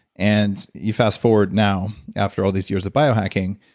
and you fast forward now, after all these years of biohacking,